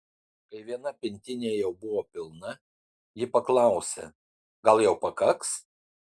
kai viena pintinė jau buvo pilna ji paklausė gal jau pakaks